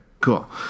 Cool